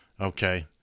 Okay